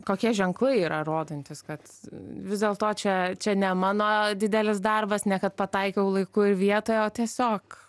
kokie ženklai yra rodantys kad vis dėlto čia čia ne mano didelis darbas ne kad pataikiau laiku ir vietoje o tiesiog